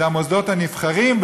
זה המוסדות הנבחרים,